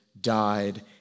died